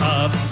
up